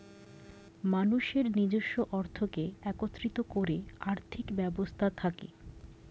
মানুষের নিজস্ব অর্থকে একত্রিত করে আর্থিক ব্যবস্থা থাকে